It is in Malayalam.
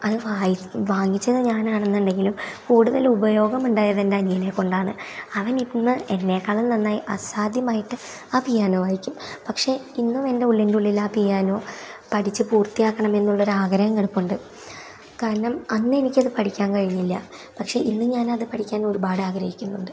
അതു വായിച്ച് വാങ്ങിച്ചത് ഞാനാണെന്നുണ്ടെങ്കിലും കൂടുതലുപയോഗം ഉണ്ടായത് എൻറ്റനിയനെ കൊണ്ടാണ് അവനിന്ന് എന്നേക്കാളും നന്നായി അസാധ്യമായിട്ട് ആ പിയാനോ വായിക്കും പക്ഷേ ഇന്നുമെൻ്റെ ഉള്ളിൻറ്റുള്ളിൽ ആ പിയാനോ പഠിച്ച് പൂർത്തിയാക്കണമെന്നുള്ളൊരാഗ്രഹം കിടപ്പുണ്ട് കാരണം അന്നെനിക്കത് പഠിക്കാൻ കഴിഞ്ഞില്ല പക്ഷേ ഇന്ന് ഞാനത് പഠിക്കാൻ ഒരുപാടാഗ്രഹിക്കുന്നുണ്ട്